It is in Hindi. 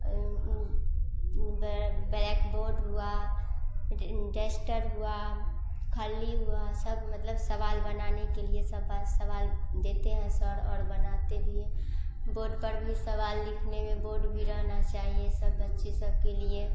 बे ब्लैक बोर्ड हुआ डस्टर हुआ खल्ली हुआ सब मतलब सवाल बनाने के लिए सबा सवाल देते हैं सर और बनाते भी हैं बोर्ड पर भी सवाल लिखने में बोर्ड भी रहना चाहिए सब बच्चे सब के लिए